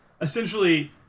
Essentially